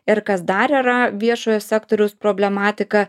ir kas dar yra viešojo sektoriaus problematika